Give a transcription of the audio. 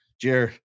Jared